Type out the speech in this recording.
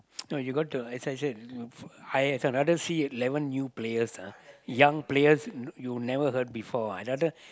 no you got to as I said hire I rather see eleven new players young players you you never even heard before I rather